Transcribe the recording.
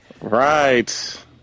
Right